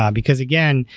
um because, again,